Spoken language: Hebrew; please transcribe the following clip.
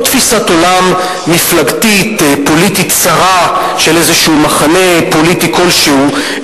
לא תפיסת עולם מפלגתית-פוליטית צרה של איזה מחנה פוליטי כלשהו,